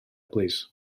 plîs